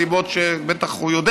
מסיבות שבטח הוא יודע,